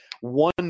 one